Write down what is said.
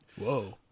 Whoa